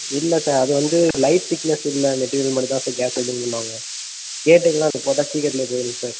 இல்லை சார் அது வந்து லைட் திக்னஸ் உள்ள மெட்டிரியல் மட்டுந்தான் சார் கேஸ் வெல்டிங் பண்ணுவாங்க கேட்டுக்கெல்லாம் அது போட்டால் சீக்கிரத்துலே அது போய்ரும் சார்